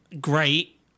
great